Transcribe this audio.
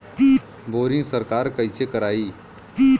Boring सरकार कईसे करायी?